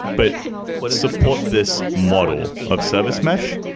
but support this model of service mesh.